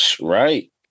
right